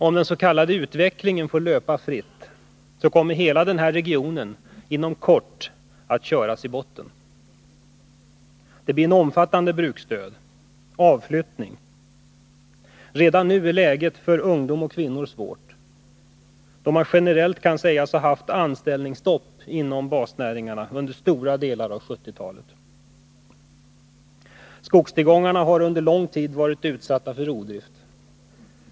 Om den s.k. utvecklingen får löpa fritt, så kommer hela denna region att inom kort köras i botten. Följden blir en omfattande bruksdöd och avflyttning. Redan nu är läget för ungdom och kvinnor svårt, då man generellt kan sägas ha haft anställningsstopp inom basnäringarna under stora delar av 1970-talet. Skogstillgångarna har under lång tid varit utsatta för rovdrift.